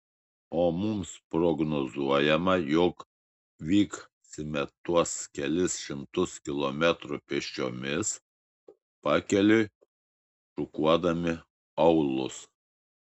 o mums prognozuojama jog vyksime tuos kelis šimtus kilometrų pėsčiomis pakeliui šukuodami aūlus